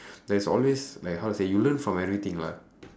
there is always like how to say you learn from everything lah